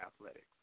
athletics